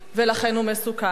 ולכן הוא מסוכן.